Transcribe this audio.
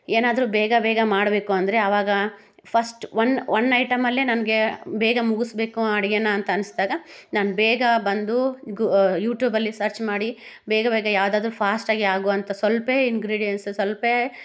ಏನಾದರೂ ಬೇಗ ಬೇಗ ಮಾಡಬೇಕು ಅಂದರೆ ಅವಾಗ ಫಸ್ಟ್ ಒನ್ ಒನ್ ಐಟಮಲ್ಲೇ ನನಗೆ ಬೇಗ ಮುಗಿಸ್ಬೇಕು ಅಡುಗೇನ ಅಂತ ಅನ್ನಿಸ್ದಾಗ ನಾನು ಬೇಗ ಬಂದು ಗೂ ಯೂಟ್ಯೂಬಲ್ಲಿ ಸರ್ಚ್ ಮಾಡಿ ಬೇಗ ಬೇಗ ಯಾವುದಾದ್ರು ಫಾಸ್ಟಾಗಿ ಆಗುವಂಥ ಸ್ವಲ್ಪ ಇಂಗ್ರೀಡಿಯೆಂಟ್ಸು ಸ್ವಲ್ಪ